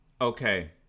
Okay